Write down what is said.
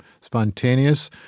spontaneous